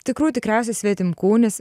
tikrų tikriausias svetimkūnis